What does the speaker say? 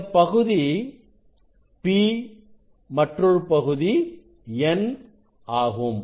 இந்தப் பகுதி P மற்றொரு பகுதி N ஆகும்